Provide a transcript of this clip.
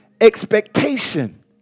expectation